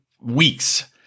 weeks